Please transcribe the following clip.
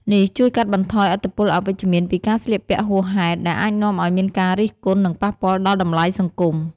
នេះជួយកាត់បន្ថយឥទ្ធិពលអវិជ្ជមានពីការស្លៀកពាក់ហួសហេតុ ដែលអាចនាំឱ្យមានការរិះគន់ និងប៉ះពាល់ដល់តម្លៃសង្គម។